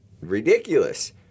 ridiculous